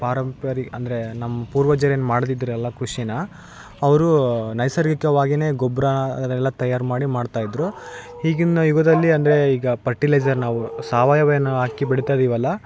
ಪರಂಪರೆ ಅಂದ್ರೆ ನಮ್ ಪೂರ್ವಜರೇನ್ ಮಾಡ್ತಿದ್ರ್ ಎಲ್ಲ ಕ್ರುಷೀನ ಅವ್ರು ನೈಸರ್ಗಿಕವಾಗಿನೇ ಗೊಬ್ರ ಅದೆಲ್ಲ ತಯಾರು ಮಾಡಿ ಮಾಡ್ತಾಯಿದ್ದರು ಈಗಿನ ಯುಗದಲ್ಲಿ ಅಂದರೆ ಈಗ ಪರ್ಟಿಲೈಸರ್ ನಾವು ಸಾವಯವ ಏನು ನಾವು ಹಾಕಿ ಬಿಳೀತ ಇದಿವಲ್ಲ